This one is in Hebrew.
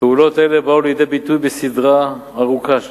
פעולות אלה באו לידי ביטוי בסדרה ארוכה של